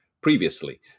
previously